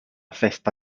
festa